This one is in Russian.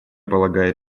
полагает